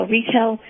Retail